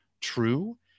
true